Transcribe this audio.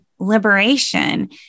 liberation